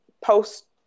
post